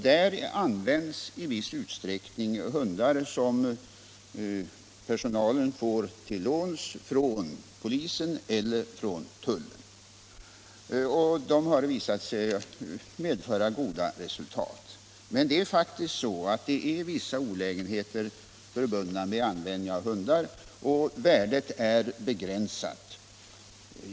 Därvid används i viss utsträckning hundar, som personalen får till låns från polisen eller från tullen. De har visat sig medföra gott resultat. Emellertid är det vissa olägenheter förbundna med användning av hundar, och värdet är begränsat.